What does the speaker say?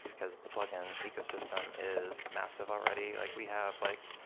because the plugin ecosystem is massive already. like we have like